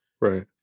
Right